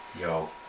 Yo